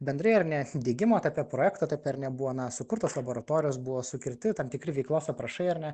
bendrai ar ne diegimo tokio projekto taip ir nebuvo na sukurtos laboratorijos buvo sukurti tam tikri veiklos aprašai ar ne